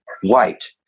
white